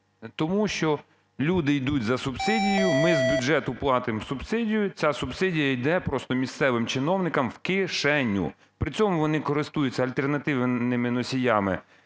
тому що люди йдуть за субсидією, ми з бюджету платимо субсидію, ця субсидія йде просто місцевим чиновникам в кишеню. При цьому вони користуються альтернативними носіями